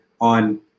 on